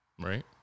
Right